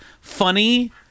Funny